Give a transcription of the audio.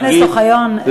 חבר הכנסת אוחיון,